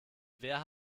wer